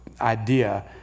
idea